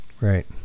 Right